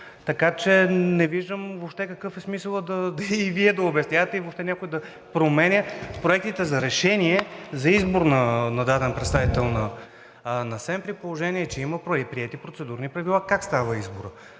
Така че не виждам въобще какъв е смисълът и Вие да обяснявате, и въобще някой да променя проектите за решение за избор на даден представител на СЕМ, при положение че има приети процедурни правила как става изборът.